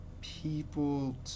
people